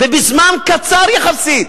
ובזמן קצר יחסית.